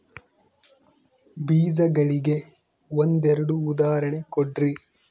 ಬೇಜಗಳಿಗೆ ಒಂದೆರಡು ಉದಾಹರಣೆ ಕೊಡ್ರಿ?